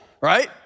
right